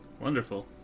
Wonderful